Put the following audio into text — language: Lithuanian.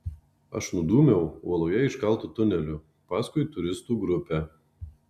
aš nudūmiau uoloje iškaltu tuneliu paskui turistų grupę